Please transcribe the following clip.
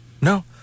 No